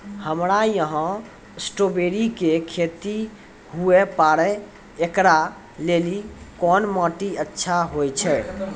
हमरा यहाँ स्ट्राबेरी के खेती हुए पारे, इकरा लेली कोन माटी अच्छा होय छै?